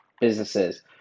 businesses